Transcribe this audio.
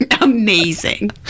Amazing